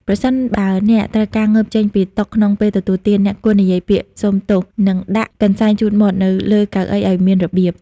ប្រសិនបើអ្នកត្រូវការងើបចេញពីតុក្នុងពេលទទួលទាន អ្នកគួរនិយាយពាក្យ "សូមទោស" និងដាក់កន្សែងជូតមាត់នៅលើកៅអីឱ្យមានរបៀប។